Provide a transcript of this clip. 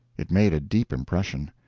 it made a deep impression.